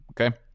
Okay